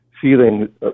feeling